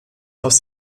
aus